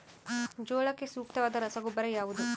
ಜೋಳಕ್ಕೆ ಸೂಕ್ತವಾದ ರಸಗೊಬ್ಬರ ಯಾವುದು?